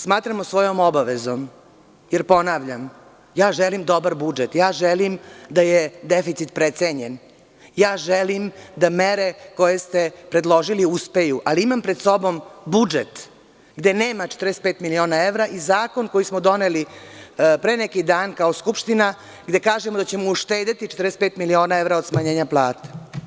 Smatramo svojom obavezom, jer ponavljam, želim dobar budžet, želim da je deficit precenjen, želim da mere koje ste predložili uspeju, ali imam pred sobom budžet, gde nema 45 miliona evra i zakon koji smo doneli pre neki dan, kao Skupština, gde kažemo da ćemo uštedeti 45 milina evra od smanjenja plata.